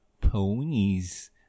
ponies